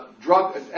drug